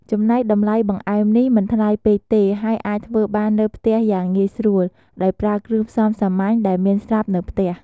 ចំណែកតម្លៃបង្អែមនេះ មិនថ្លៃពេកទេ ហើយអាចធ្វើបាននៅផ្ទះយ៉ាងងាយស្រួល ដោយប្រើគ្រឿងផ្សំសាមញ្ញដែលមានស្រាប់នៅផ្ទះ។